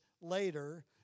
later